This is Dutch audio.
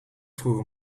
vroeger